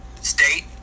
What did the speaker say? state